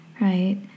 right